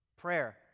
Prayer